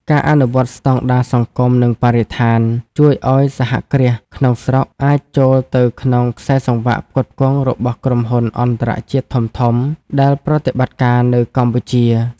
ការអនុវត្តស្ដង់ដារសង្គម និងបរិស្ថាន ជួយឱ្យសហគ្រាសក្នុងស្រុកអាចចូលទៅក្នុងខ្សែសង្វាក់ផ្គត់ផ្គង់របស់ក្រុមហ៊ុនអន្តរជាតិធំៗដែលប្រតិបត្តិការនៅកម្ពុជា។